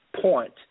Point